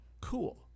cool